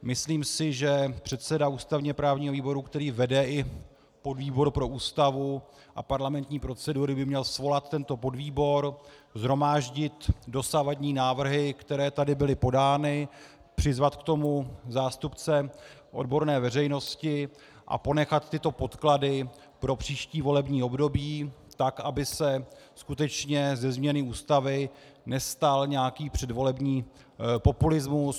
Myslím si, že předseda ústavněprávního výboru, který vede i podvýbor pro Ústavu a parlamentní procedury, by měl svolat tento podvýbor, shromáždit dosavadní návrhy, které tady byly podány, přizvat k tomu zástupce odborné veřejnosti a ponechat tyto podklady pro příští volební období, tak aby se skutečně ze změny Ústavy nestal nějaký předvolební populismus.